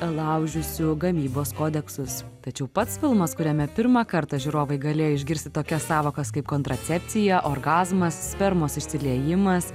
laužiusių gamybos kodeksus tačiau pats filmas kuriame pirmą kartą žiūrovai galėjo išgirsti tokias sąvokas kaip kontracepcija orgazmas spermos išsiliejimas